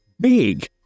Big